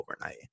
overnight